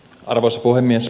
arvoisa puhemies